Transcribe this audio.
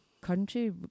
country